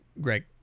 Greg